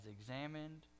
examined